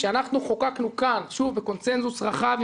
כשאנחנו חוקקנו כאן בקונצנזוס רחב,